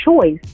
choice